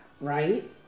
right